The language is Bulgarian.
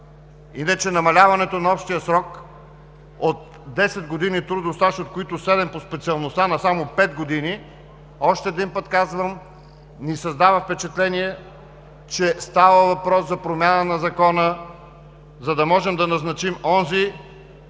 Иначе, намаляването на общия срок от 10 години трудов стаж, от които 7 по специалността, на само 5 години, още веднъж казвам, ни създава впечатление, че става въпрос за промяна на Закона, за да можем да назначим не който